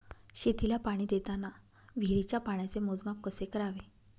शेतीला पाणी देताना विहिरीच्या पाण्याचे मोजमाप कसे करावे?